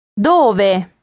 dove